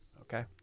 Okay